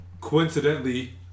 Coincidentally